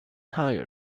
tired